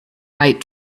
right